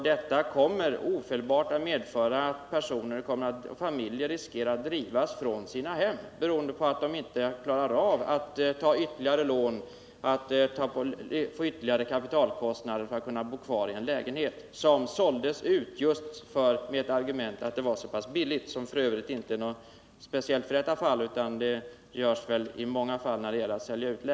Detta kommer ofelbart att medföra att familjer riskerar att drivas från sina hem, beroende på att de inte klarar av att ta ytterligare lån eller ådra sig ytterligare kapitalkostnader för att kunna bo kvar i en lägenhet som såldes med just argumentet att det var så billigt. Herr talman! Jag ber att få tacka för svaret.